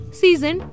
season